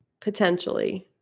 potentially